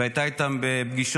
היא והייתה איתם בפגישות